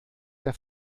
der